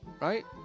Right